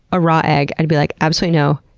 a raw egg, i'd be like absolutely no.